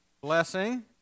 blessing